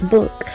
Book